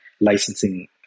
licensing